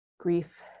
grief